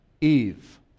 Eve